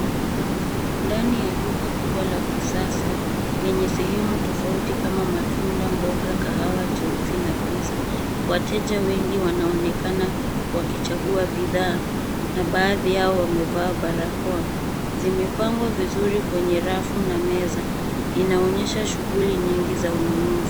Ndani ya duka kubwa la kisasa, lenye sehemu tofauti, kama matunda, mboga , kahawa jeusi na pizza , wateja wengi wanaonekana wakichagua bidhaa, na baadhi yao wamevaa barakoa, zimepangwa vizuri kwenye rafu, na meza, inaonyesha shughuli nyingi za ununuzi.